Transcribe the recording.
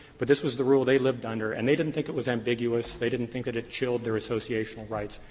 but this was the rule they lived under and they didn't think it was ambiguous, they didn't think that it chilled their associational rights.